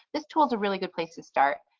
this tool is a really good place to start.